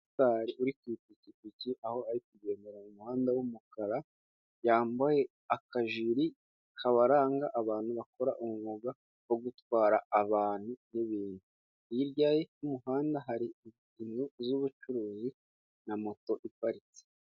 Umumotari uri ku ipikipiki, aho arigendera mu muhanda w'umukara yambaye akajiri kabaranga abantu bakora umwuga wo gutwara abantu n'ibintu, hirya y'umuhanda hari inzu z'ubucuruzi na moto iparitse.